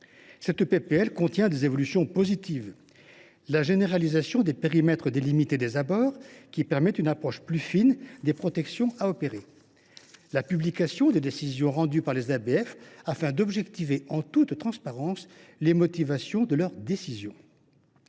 de loi contient des évolutions positives, telles que la généralisation des périmètres délimités des abords, qui permettra une approche plus fine des protections à opérer, ou la publication des décisions rendues par les ABF, afin d’objectiver en toute transparence les motivations de leurs décisions.